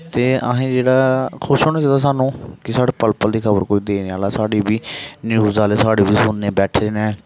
ते असें जेह्ड़ा खुश होना चाहिदा सानूं कि साढ़े पल पल दी खब़र कोई देने आह्ला साढ़ी बी न्यूज आह्ले साढ़े बी सुननी बैठे दे न